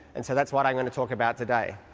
and so that's what i'm going to talk about today.